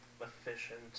efficient